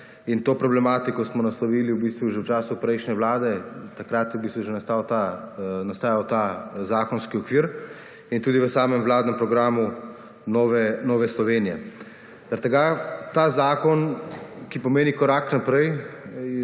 in to problematiko smo naslovili v bistvu že v času prejšnje vlade, takrat je že v bistvu nastajal ta zakonski okvir in tudi v samem vladnem programu Nove Slovenije. Zaradi tega ta zakon, ki pomeni korak naprej,